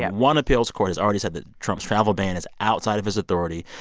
yeah one appeals court has already said that trump's travel ban is outside of his authority.